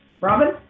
Robin